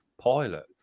pilot